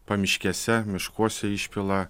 pamiškėse miškuose išpila